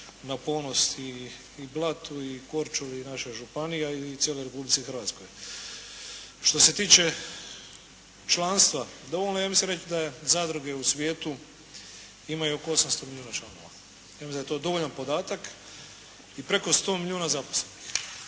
na ponos i Blatu i Korčuli i našoj županiji i cijeloj Republici Hrvatskoj. Što se tiče članstva. Dovoljno je, ja mislim reći da zadruge u svijetu imaju oko 800 milijuna članova. Ja mislim da je to dovoljan podatak i preko 100 milijuna zaposlenih.